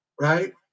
right